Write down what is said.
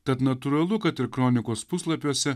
tad natūralu kad ir kronikos puslapiuose